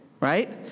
Right